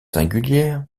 singulière